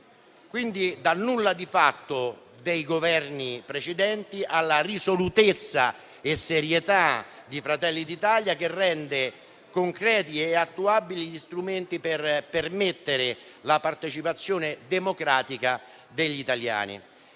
Quindi, dal nulla di fatto dei Governi precedenti alla risolutezza e serietà di Fratelli d'Italia, che rende concreti e attuabili gli strumenti per permettere la partecipazione democratica degli italiani.